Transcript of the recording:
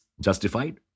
justified